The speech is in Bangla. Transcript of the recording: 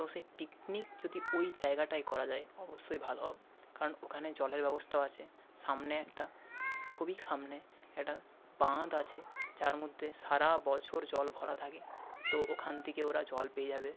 তো সেই পিকনিক যদি ওই জায়গাটায় করা যায় অবশ্যই ভালো হবে কারণ ওখানে জলের ব্যবস্থাও আছে সামনে একটা খুবই সামনে একটা বাঁধ আছে যার মধ্যে সারা বছর জল ভরা থাকে তো ওখান থেকে ওরা জল পেয়ে যাবে